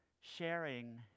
sharing